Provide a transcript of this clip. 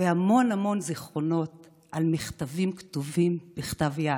והמון המון זיכרונות על מכתבים כתובים בכתב יד.